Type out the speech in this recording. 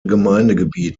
gemeindegebiet